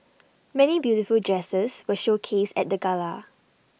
many beautiful dresses were showcased at the gala